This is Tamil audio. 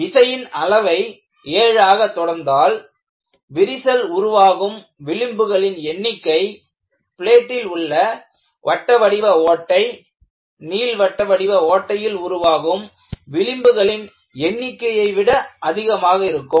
விசையின் அளவை 7 ஆக தொடர்ந்தால் விரிசல் உருவாகும் விளிம்புகளின் எண்ணிக்கை பிளேட்டில் உள்ள வட்ட வடிவ ஓட்டை நீள்வட்ட வடிவ ஓட்டையில் உருவாகும் விளிம்புகளின் எண்ணிக்கையை விட அதிகமாக இருக்கும்